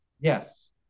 Yes